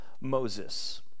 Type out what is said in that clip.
Moses